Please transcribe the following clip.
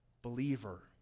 believer